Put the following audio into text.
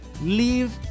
Leave